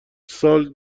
سال